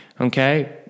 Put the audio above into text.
Okay